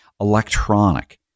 electronic